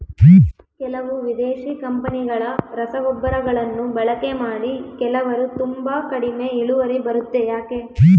ಕೆಲವು ವಿದೇಶಿ ಕಂಪನಿಗಳ ರಸಗೊಬ್ಬರಗಳನ್ನು ಬಳಕೆ ಮಾಡಿ ಕೆಲವರು ತುಂಬಾ ಕಡಿಮೆ ಇಳುವರಿ ಬರುತ್ತೆ ಯಾಕೆ?